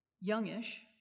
youngish